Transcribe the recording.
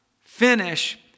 finish